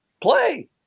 play